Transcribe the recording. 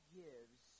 gives